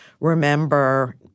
remember